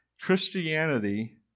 Christianity